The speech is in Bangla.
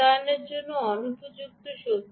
তবে মোতায়েনের জন্য অনুপযুক্ত